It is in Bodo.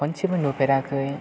खनसेबो नुफेराखै